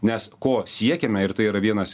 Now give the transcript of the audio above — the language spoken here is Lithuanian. nes ko siekiame ir tai yra vienas